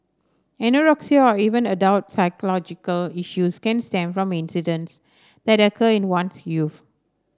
anorexia or even adult psychological issues can stem from incidence that occur in one's youth